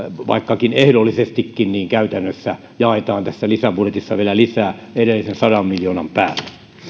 vaikkakin ehdollisestikin käytännössä jaetaan tässä lisäbudjetissa vielä lisää edellisen sadan miljoonan päälle